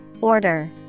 Order